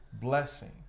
blessing